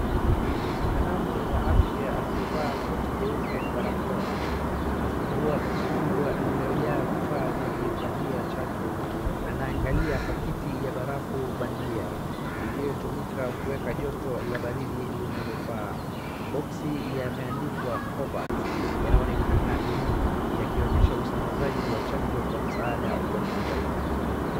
Mtaalamu wa afya amevaa koti jeupe na barakoa, anafungua boxi kubwa liliyojaa vifa vya kuhifadhia chanjo, anaangalia pakiti ya barafu bandia, iliyotumika kuweka joto la baridi linalofaa. Maboxi yameandikwa covax , yanaonekana nyuma yakionyesha usambazaji wa chanjo kwa msaada wa kimataifa.